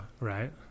Right